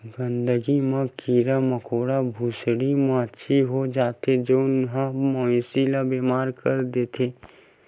गंदगी म कीरा मकोरा, भूसड़ी, माछी हो जाथे जउन ह मवेशी ल बेमार कर देथे